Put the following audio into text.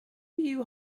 you